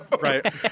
Right